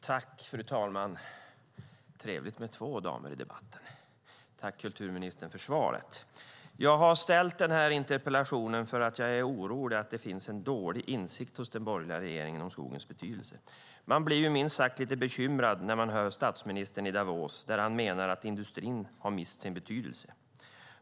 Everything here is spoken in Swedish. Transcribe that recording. Fru talman! Det är trevligt med två damer i debatten. Jag tackar kulturministern för svaret. Jag har ställt interpellationen för att jag är orolig att det finns en dålig insikt hos den borgerliga regeringen om skogens betydelse. Man blir minst sagt lite bekymrad när man hör statsministern i Davos, där han menar att industrin har mist sin betydelse.